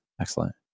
Excellent